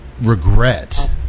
regret